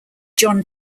john